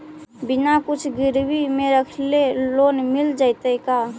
बिना कुछ गिरवी मे रखले लोन मिल जैतै का?